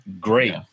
great